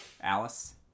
Alice